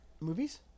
Movies